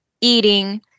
eating